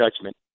judgment